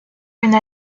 une